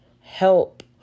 help